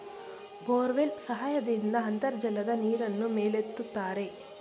borewell ಸಹಾಯದಿಂದ ಅಂತರ್ಜಲದ ನೀರನ್ನು ಮೇಲೆತ್ತುತ್ತಾರೆ